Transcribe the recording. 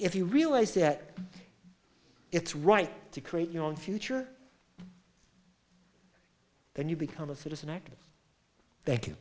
you realize that it's right to create your own future then you become a citizen acting thank you